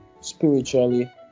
spiritually